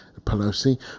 Pelosi